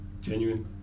Genuine